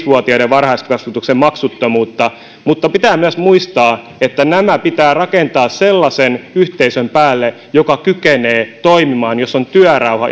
vuotiaiden varhaiskasvatuksen maksuttomuutta mutta pitää myös muistaa että nämä pitää rakentaa sellaisen yhteisön päälle joka kykenee toimimaan jossa on työrauha